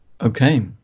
Okay